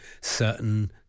certain